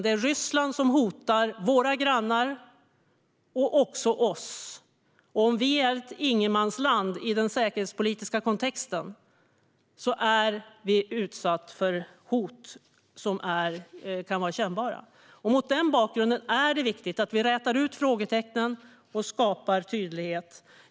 Det är Ryssland som hotar våra grannar och också oss, och om vi är ett ingenmansland i den säkerhetspolitiska kontexten är vi utsatta för hot som kan vara kännbara. Mot den bakgrunden är det viktigt att vi rätar ut frågetecknen och skapar tydlighet.